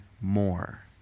more